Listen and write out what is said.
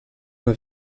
nur